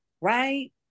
right